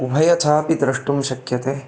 उभयथापि द्रष्टुं शक्यते